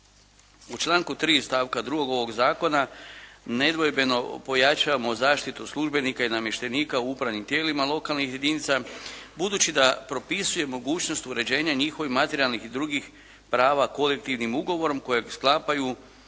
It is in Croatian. U članku 3. stavka 2. ovog zakona nedvojbeno pojačavamo zaštitu službenika i namještenika u upravnim tijelima lokalnih jedinica budući da propisuje mogućnost uređenja njihovih materijalnih i drugih prava kolektivnim ugovorom kojeg sklapaju